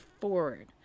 forward